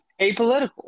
apolitical